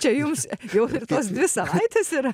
čia jums jau ir tos dvi savaitės yra